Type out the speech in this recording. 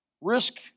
Risk